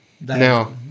Now